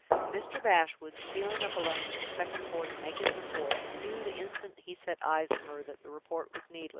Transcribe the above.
mr. bashwood, stealing up alone to the second floor to make his report, knew, the instant he set eyes on her, that the report was needless.